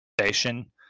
station